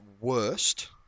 worst